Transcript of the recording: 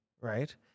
right